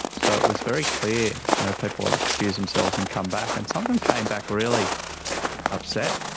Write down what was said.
so it was very clear. you know people would excuse themselves and come back and some of them came back really upset,